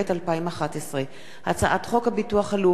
הצעת חוק הביטוח הלאומי (תיקון מס' 135)